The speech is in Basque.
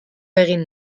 egin